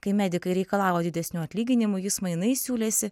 kai medikai reikalavo didesnių atlyginimų jis mainais siūlėsi